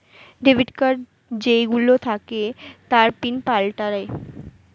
debit card যেই গুলো থাকে তার পিন পাল্টায়ে